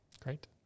Great